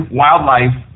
wildlife